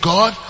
God